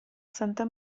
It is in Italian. santa